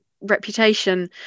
reputation